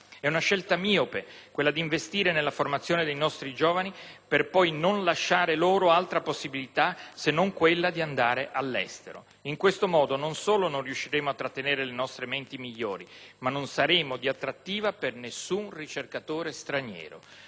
È una scelta miope quella di investire nella formazione dei nostri giovani per poi non lasciare loro altra possibilità se non quella di andare all'estero. In questo modo, non solo non riusciremo a trattenere le nostre menti migliori, ma non saremo di attrattiva per nessun ricercatore straniero;